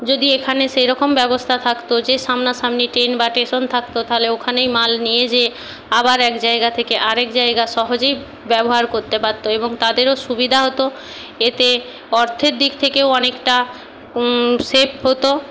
যদি এখানে সেই রকম ব্যবস্তা থাকত যে সামনাসামনি ট্রেন বা স্টেশন থাকত তাহলে ওখানেই মাল নিয়ে যেয়ে আবার এক জায়গা থেকে আরেক জায়গা সহজেই ব্যবহার করতে পারতো এবং তাদেরও সুবিধা হতো এতে অর্থের দিক থেকেও অনেকটা সেফ হতো